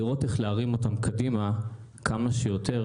לראות איך להרים אותם קדימה כמה שיותר,